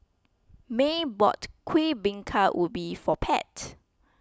Maye bought Kuih Bingka Ubi for Pat